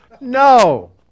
No